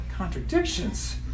contradictions